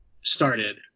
started